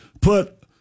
Put